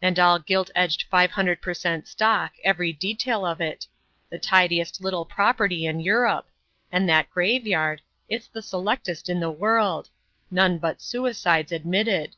and all gilt-edged five-hundred-per-cent. stock, every detail of it the tidiest little property in europe and that graveyard it's the selectest in the world none but suicides admitted